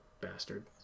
bastard